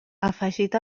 afegit